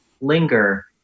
linger